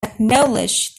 acknowledge